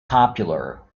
popular